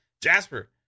Jasper